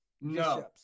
No